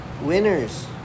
winners